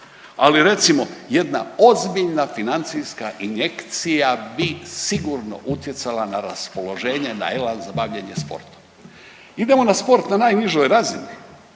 ali recimo jedna ozbiljna financijska injekcija bi sigurno utjecala na raspoloženje i na elan za bavljenje sportom. Idemo na sport na najnižoj razini.